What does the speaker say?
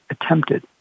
attempted